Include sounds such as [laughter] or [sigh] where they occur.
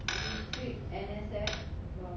[noise]